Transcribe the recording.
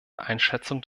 einschätzung